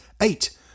eight